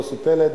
יוסי פלד,